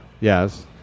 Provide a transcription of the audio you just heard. Yes